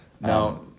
Now